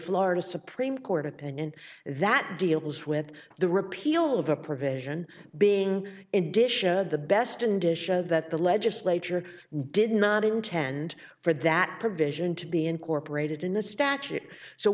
florida supreme court opinion that deals with the repeal of the provision being in addition to the bestand isha that the legislature did not intend for that provision to be incorporated in the statute so